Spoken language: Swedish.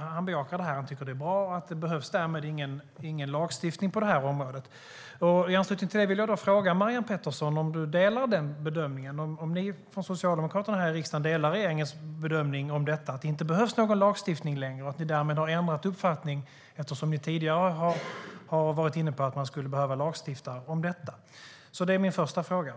han bejakar det här, att han tycker att det är bra och att det därmed inte behövs någon lagstiftning på det här området. I anslutning till detta vill jag fråga Marianne Pettersson om hon delar den bedömningen. Delar ni socialdemokrater här i riksdagen regeringens bedömning att det inte behövs någon lagstiftning längre? Därmed har ni ändrat uppfattning, för tidigare har ni ju varit inne på att man skulle behöva lagstifta om detta. Det är min första fråga.